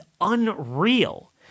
unreal